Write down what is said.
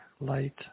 light